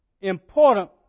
important